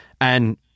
And-